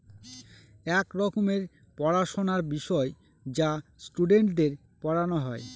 এক রকমের পড়াশোনার বিষয় যা স্টুডেন্টদের পড়ানো হয়